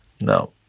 No